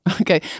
Okay